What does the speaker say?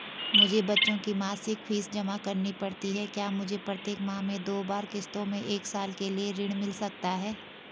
मुझे बच्चों की मासिक फीस जमा करनी पड़ती है क्या मुझे प्रत्येक माह में दो बार किश्तों में एक साल के लिए ऋण मिल सकता है?